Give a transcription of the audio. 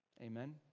Amen